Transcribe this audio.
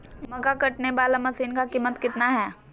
मक्का कटने बाला मसीन का कीमत कितना है?